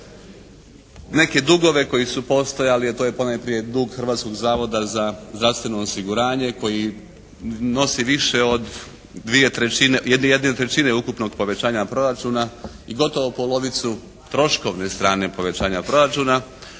neke dugove koji su postojali, a to je ponajprije dug Hrvatskog zavoda za zdravstveno osiguranje koji nosi više od jedne trećine ukupnog povećanja proračuna i gotovo polovicu troškovne strane povećanja proračuna,